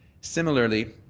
similarly,